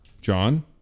John